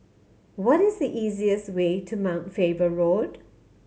what is the easiest way to Mount Faber Road